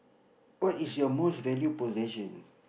what is your most valued possession